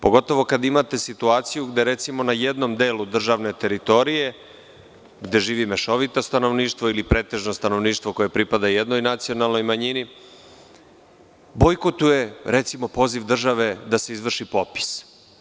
Pogotovo kada imate situaciju gde recimo na jednom delu državne teritorije, gde živi mešovito stanovništvo ili pretežno stanovništvo koje pripada jednoj nacionalnoj manjini, bojkotuje recimo poziv države da se izvrši popis.